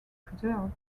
preserved